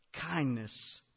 kindness